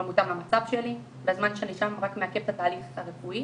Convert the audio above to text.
לא מותאם למצב שלי והזמן שאני שם רק מעכב את התהליך הרפואי